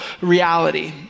reality